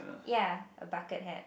ya a bucket hat